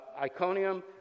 Iconium